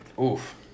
Oof